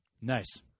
Nice